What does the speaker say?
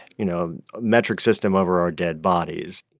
you know metric system over our dead bodies.